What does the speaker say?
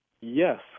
Yes